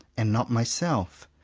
and not myself.